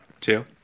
Two